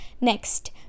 Next